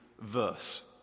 verse